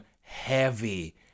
heavy